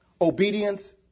Obedience